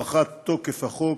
(הארכת תוקף החוק),